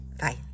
Bye